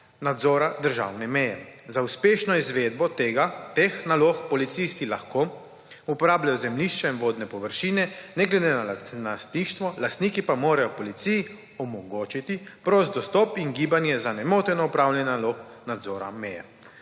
nadzora državne meje, za uspešno izvedbo tega, teh nalog, policisti lahko uporabljajo zemljišča in vodne površine, ne glede na lastništvo, lastniki pa morajo policiji omogočiti prosto dostop in gibanje za nemoteno opravljanje nalog nadzora meje.